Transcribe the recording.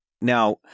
Now